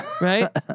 right